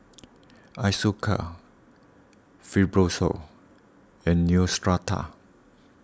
Isocal Fibrosol and Neostrata